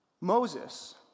Moses